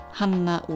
Hanna